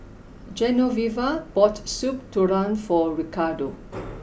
Genoveva bought Soup Tulang for Ricardo